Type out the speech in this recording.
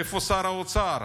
איפה שר האוצר?